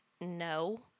no